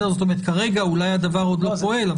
כרגע אולי הדבר עוד לא פועל,